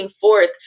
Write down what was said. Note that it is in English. forth